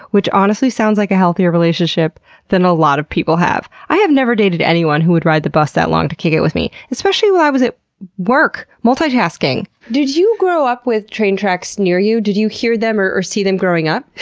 which honestly sounds like a healthier relationship than a lot of people have. i have never dated anyone who would ride the bus that long to kick it with me, especially while i was at work multitasking. did you grow up with train tracks near you? did you hear them or or see them growing up?